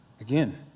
again